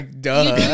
duh